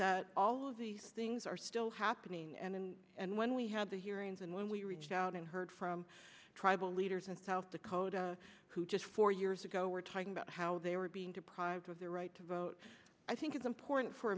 that all of these things are still happening and and when we had the hearings and when we reached out and heard from tribal leaders in south dakota who just four years ago were talking about how they were being deprived of their right to vote i think it's important for